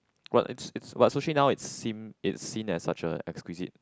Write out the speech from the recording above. what it's what sushi now it seem it's seen as such a exquisite